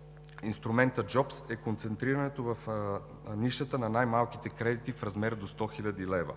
– инструментът „Джобс“, е концентрирането в нишата на най-малките кредити в размер до 100 хил. лв.